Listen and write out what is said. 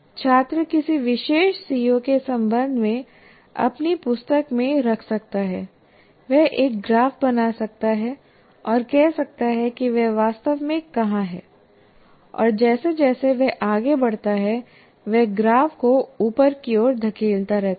छात्र किसी विशेष सीओ के संबंध में अपनी पुस्तक में रख सकता है वह एक ग्राफ बना सकता है और कह सकता है कि वह वास्तव में कहाँ है और जैसे जैसे वह आगे बढ़ता है वह ग्राफ को ऊपर की ओर धकेलता रहता है